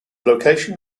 location